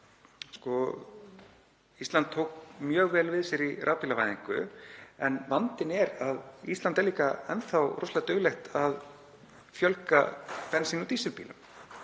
tók Ísland mjög vel við sér í rafbílavæðingu en vandinn er að Ísland er líka enn þá rosalega duglegt að fjölga bensín- og dísilbílum.